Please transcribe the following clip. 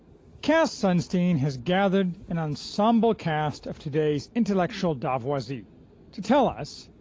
cass sunstein has gathered an ensemble cast of today's intellectual davoisie to tell us,